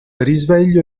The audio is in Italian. risveglio